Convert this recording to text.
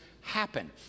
happen